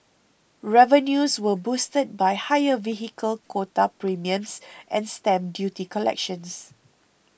revenues were boosted by higher vehicle quota premiums and stamp duty collections